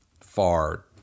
far